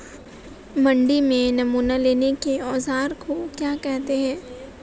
मंडी में नमूना लेने के औज़ार को क्या कहते हैं?